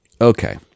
Okay